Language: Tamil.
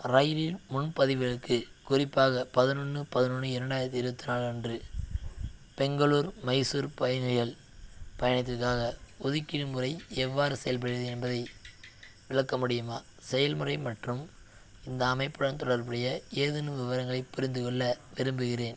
ரயிலின் முன்பதிவுகளுக்கு குறிப்பாக பதினொன்று பதினொன்று இரண்டாயிரத்தி இருபத்தி நாலு அன்று பெங்களூர் மைசூர் பயணிகள் பயணத்திற்காக ஒதுக்கீடு முறை எவ்வாறு செயல்படுகிறது என்பதை விளக்க முடியுமா செயல்முறை மற்றும் இந்த அமைப்புடன் தொடர்புடைய ஏதேனும் விவரங்களைப் புரிந்து கொள்ள விரும்புகிறேன்